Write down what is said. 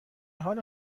حال